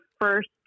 first